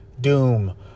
Doom